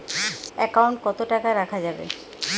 Account কত টাকা রাখা যাবে?